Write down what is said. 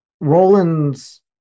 Roland's